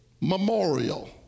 memorial